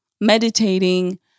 meditating